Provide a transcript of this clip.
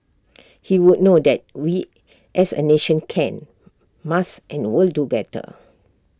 he would know that we as A nation can must and will do better